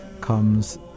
comes